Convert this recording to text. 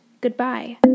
Goodbye